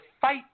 fight